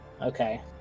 okay